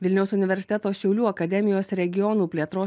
vilniaus universiteto šiaulių akademijos regionų plėtros